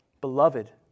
beloved